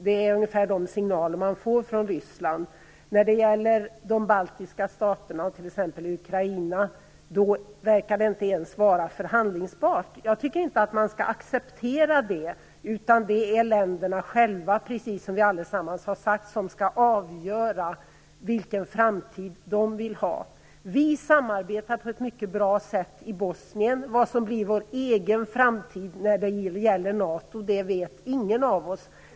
Det är ungefär de signaler som man får från När det gäller de baltiska staterna och t.ex. Ukraina verkar det inte ens vara förhandlingsbart. Jag tycker inte att man skall acceptera det, utan det är till sist länderna själva, som vi allesammans har sagt, som skall avgöra vilken framtid de vill ha. Vi samarbetar på ett mycket bra sätt i Bosnien. Vad som blir vår egen framtid när det gäller NATO vet ingen av oss.